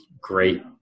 great